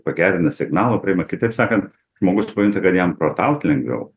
pagerina signalą priima kitaip sakan žmogus pajunta kad jam protaut lengviau